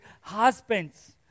Husbands